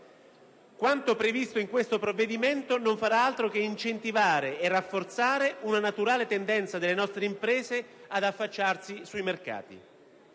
Quanto previsto in questo provvedimento non farà altro che incentivare e rafforzare la naturale tendenza delle nostre imprese ad affacciarsi sui mercati.